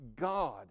God